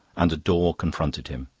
and a door confronted him.